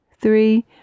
three